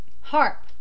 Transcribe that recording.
Harp